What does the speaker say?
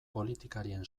politikarien